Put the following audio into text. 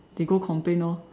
they go complain orh